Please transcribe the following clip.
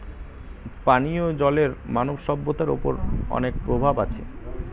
পানিও জলের মানব সভ্যতার ওপর অনেক প্রভাব আছে